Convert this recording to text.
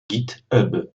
github